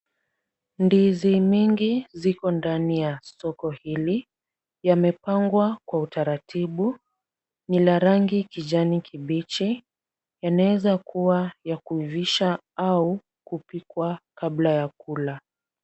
Ndizi mingi ziko ndani ya soko hili. Yamepangwa kwa utaratibu. Ni la rangi kijani kibichi. Yanaweza kuwa ya kuivisha au kupikwa kabla ya kula.